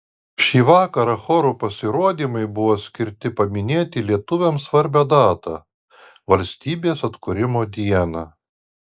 šį vakarą chorų pasirodymai buvo skirti paminėti lietuviams svarbią datą valstybės atkūrimo dieną